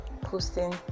posting